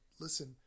listen